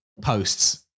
posts